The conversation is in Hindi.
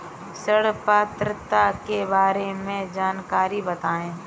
ऋण पात्रता के बारे में जानकारी बताएँ?